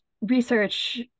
research